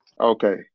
Okay